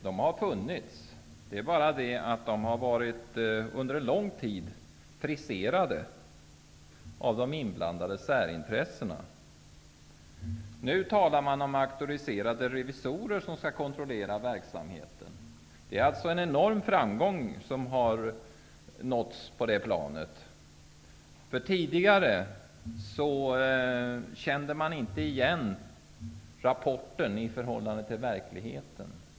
De har funnits förut, men har under en lång tid varit ''friserade'' av de inblandade s.k. särintressena. Man talar nu om auktoriserade revisorer, som skall kontrollera verksamheten. En enorm framgång har alltså nåtts på det planet. Tidigare kände man inte igen rapporten i förhållande till verkligheten.